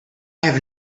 have